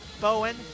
Bowen